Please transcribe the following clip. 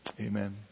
Amen